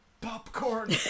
popcorn